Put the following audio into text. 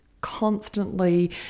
constantly